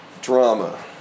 drama